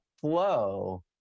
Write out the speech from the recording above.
flow